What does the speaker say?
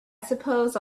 suppose